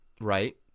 right